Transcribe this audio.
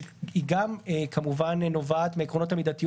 שהיא גם כמובן נובעת מעקרונות המידתיות